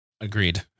Agreed